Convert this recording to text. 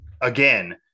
again